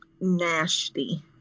nasty